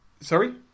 Sorry